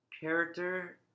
character